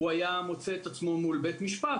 הוא היה מוצא את עצמו מול בית משפט,